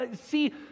see